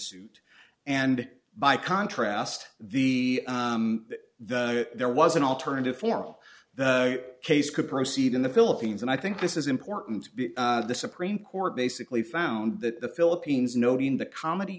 suit and by contrast the the there was an alternative for all the case could proceed in the philippines and i think this is important the supreme court basically found that the philippines noting the comedy